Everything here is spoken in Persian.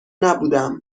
نبودم